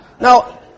Now